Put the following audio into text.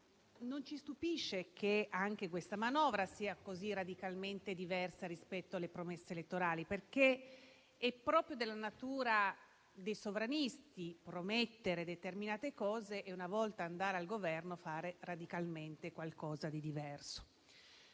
non è sorpreso che anche questa manovra sia così radicalmente diversa rispetto alle promesse elettorali, perché è proprio della natura dei sovranisti promettere determinate cose e, una volta andati al Governo, fare radicalmente qualcosa di diverso.